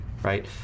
Right